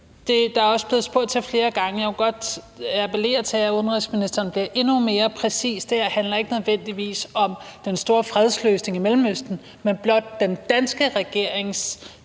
anerkendelse af en palæstinensisk stat. Jeg appellerer til, at udenrigsministeren bliver endnu mere præcis. Det her handler ikke nødvendigvis om den store fredsløsning i Mellemøsten, men blot den danske regerings